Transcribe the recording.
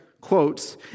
quotes